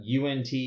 UNT